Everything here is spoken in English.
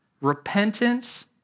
repentance